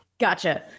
Gotcha